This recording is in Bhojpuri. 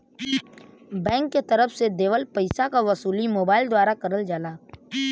बैंक के तरफ से देवल पइसा के वसूली मोबाइल द्वारा करल जाला